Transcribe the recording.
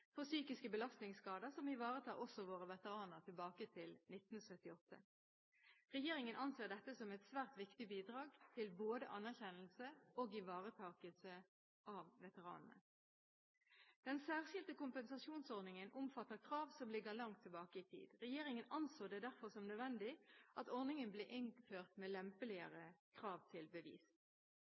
for psykiske belastningsskader som ivaretar også våre veteraner tilbake til 1978. Regjeringen anser dette som et svært viktig bidrag til både anerkjennelse og ivaretakelse av veteranene. Den særskilte kompensasjonsordningen omfatter krav som ligger langt tilbake i tid. Regjeringen anså det derfor som nødvendig at ordningen ble innført med lempeligere krav til bevis.